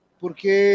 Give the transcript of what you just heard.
porque